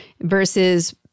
versus